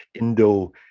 indo